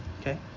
Okay